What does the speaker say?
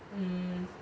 mm